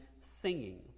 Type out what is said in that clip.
singing